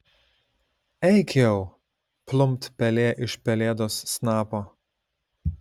eik jau plumpt pelė iš pelėdos snapo